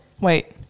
wait